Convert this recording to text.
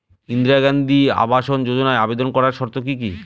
ইন্দিরা গান্ধী আবাস যোজনায় আবেদন করার শর্ত কি কি?